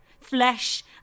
Flesh